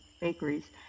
bakeries